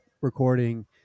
recording